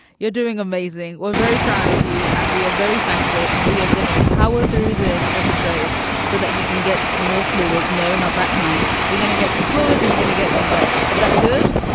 you're doing amazing. we're very proud of you. and we are very thankful. and we are gonna power through this episode so that you can get some more fluid. no, not that kind. you're gonna get some fluids that you're gonna get some rest. is that good?